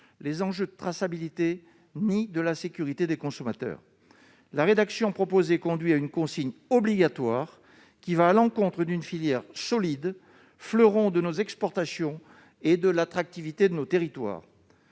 les enjeux de traçabilité ni la sécurité des consommateurs. Une consigne obligatoire va à l'encontre d'une filière solide, fleuron de nos exportations et de l'attractivité de nos territoires.